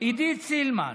עידית סילמן,